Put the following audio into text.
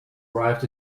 arrived